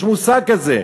יש מושג כזה.